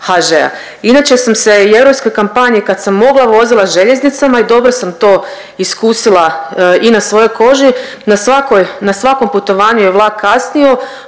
Inače sam se i u europskoj kampanji, kad sam mogla, vozila željeznicama i dobro sam to iskusila i na svojoj koži, na svakoj, na svakom putovanju je vlak kasnio,